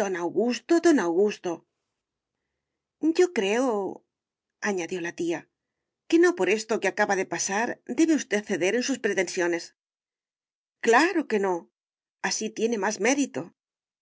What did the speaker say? don augusto don augusto yo creoañadió la tíaque no por esto que acaba de pasar debe usted ceder en sus pretensiones claro que no así tiene más mérito